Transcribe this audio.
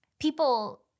People